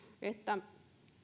että